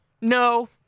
no